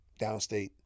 downstate